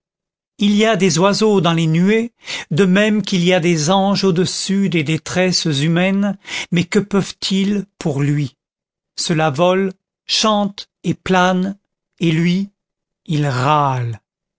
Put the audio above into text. il y a des oiseaux dans les nuées de même qu'il y a des anges au-dessus des détresses humaines mais que peuvent-ils pour lui cela vole chante et plane et lui il râle